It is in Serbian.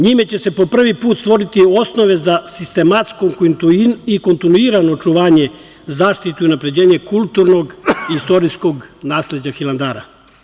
Njime će se po prvi put stvoriti osnove za sistematsko i kontinuirano očuvanje, zaštitu i unapređenje kulturnog i istorijskog nasleđa Hilandara.